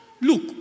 Look